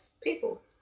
people